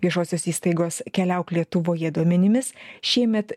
viešosios įstaigos keliauk lietuvoje duomenimis šiemet